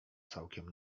całkiem